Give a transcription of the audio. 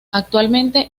actualmente